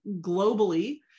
globally